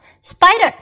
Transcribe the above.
Spider